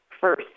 first